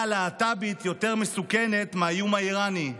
הלהט"בית יותר מסוכנת מהאיום האיראני,